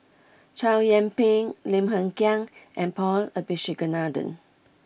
Chow Yian Ping Lim Hng Kiang and Paul Abisheganaden